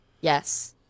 Yes